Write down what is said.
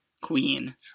queen